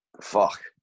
fuck